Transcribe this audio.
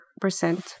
percent